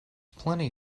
plenty